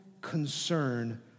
concern